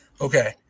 okay